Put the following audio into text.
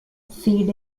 feed